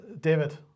David